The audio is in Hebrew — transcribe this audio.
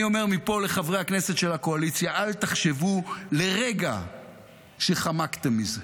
אני אומר מפה לחברי הכנסת של הקואליציה: אל תחשבו לרגע שחמקתם מזה,